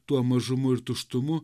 tuo mažumu ir tuštumu